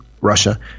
Russia